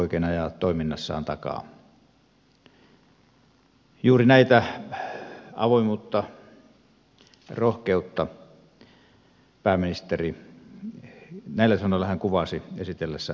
avoimuus ja rohkeus juuri näillä sanoilla pääministeri kuvasi hallitusohjelmaa sitä esitellessään